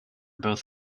both